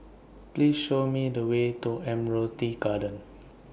Please Show Me The Way to Admiralty Garden